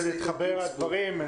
אני רוצה להתחבר לדברים.